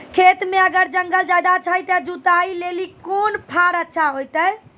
खेत मे अगर जंगल ज्यादा छै ते जुताई लेली कोंन फार अच्छा होइतै?